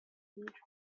huge